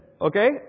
okay